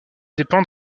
dépend